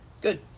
Good